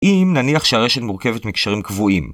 אם נניח שהרשת מורכבת מקשרים קבועים.